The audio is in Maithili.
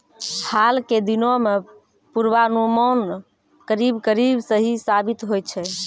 हाल के दिनों मॅ पुर्वानुमान करीब करीब सही साबित होय छै